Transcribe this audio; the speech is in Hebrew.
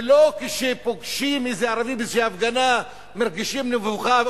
ולא כשפוגשים ערבי באיזו הפגנה מרגישים מבוכה,